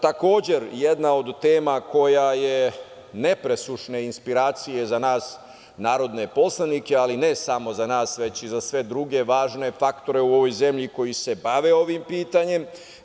Takođe jedna od tema koja je nepresušne inspiracije za nas narodne poslanike, ali ne samo za nas, već i za sve druge važne faktore u ovoj zemlji koji se bave ovim pitanjem.